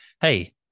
Hey